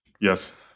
Yes